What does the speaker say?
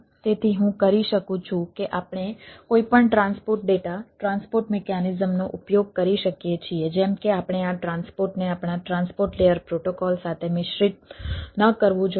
તેથી data transfer કરવા માટે XML ને કેરિયર પ્રોટોકોલ સાથે મિશ્રિત ન કરવું જોઈએ